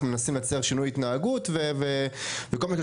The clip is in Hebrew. מנסים לייצר שינוי התנהגות וכל מה שקשור